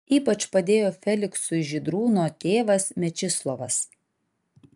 ypač padėjo feliksui žydrūno tėvas mečislovas